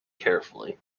carefully